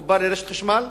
חיבור לרשת חשמל.